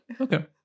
Okay